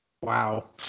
Wow